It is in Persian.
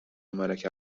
ملک